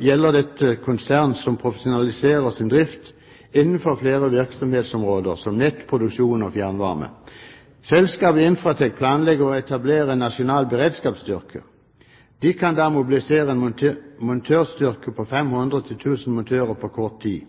gjelder dette konsern som profesjonaliserer sin drift innenfor flere virksomhetsområder som nettproduksjon og fjernvarme. Selskapet Infratek planlegger å etablere en nasjonal beredskapsstyrke. De kan da mobilisere en montørstyrke på 500–1 000 montører på kort tid.